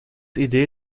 idee